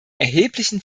erheblichen